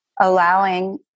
allowing